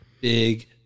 big